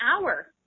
hour